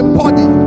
body